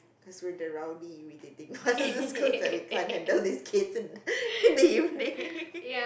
cause with the rowdy irritating ones cause like we can't handle these kids in in the evening